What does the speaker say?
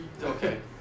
okay